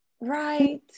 right